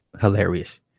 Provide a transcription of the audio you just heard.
Hilarious